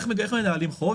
איך מנהלים חוב?